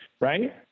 right